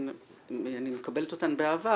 אני מקבלת אותן באהבה.